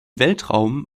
weltraum